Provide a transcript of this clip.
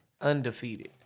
Undefeated